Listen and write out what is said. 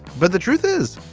but the truth is,